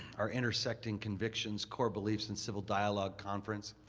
our intersecting convictions core beliefs and civil dialogue conference.